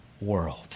world